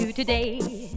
today